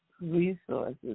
resources